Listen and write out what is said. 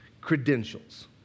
credentials